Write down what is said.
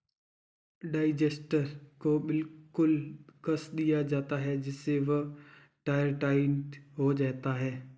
digester को बिल्कुल कस दिया जाता है जिससे वह एयरटाइट हो जाता है